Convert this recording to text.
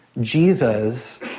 Jesus